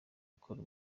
ikora